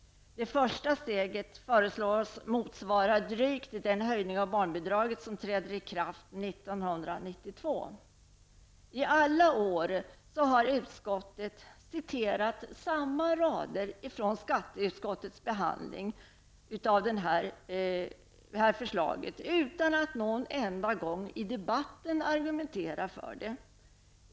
Det första steget föreslås motsvara drygt den höjning av barnbidraget som träder i kraft 1992. I alla år har utskottet citerat samma rader från skatteutskottets behandling av det här förslaget, utan att någon enda gång argumentera för detta i debatten.